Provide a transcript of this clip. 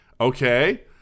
Okay